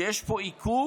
שיש בו עיכוב.